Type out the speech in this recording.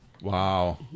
Wow